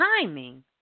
timing